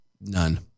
None